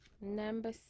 number